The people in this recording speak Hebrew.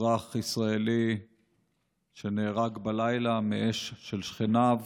אזרח ישראל שנהרג בלילה מאש של שכניו